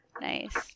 Nice